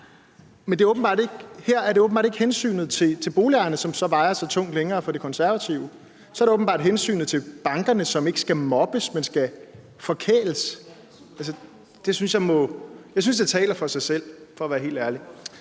Men her er det åbenbart ikke hensynet til boligejerne, som vejer så tungt længere for De Konservative. Det er hensynet til bankerne, som ikke skal mobbes, men skal forkæles. Altså, jeg synes, det taler for sig selv, for at være helt ærlig.